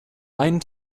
einen